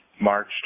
March